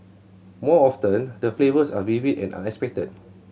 more often the flavours are vivid and unexpected